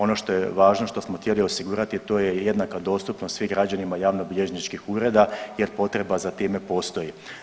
Ono što je važno i što smo htjeli osigurati to je jednaka dostupnost svim građanima javnobilježničkih ureda jer potreba za time postoji.